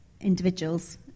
individuals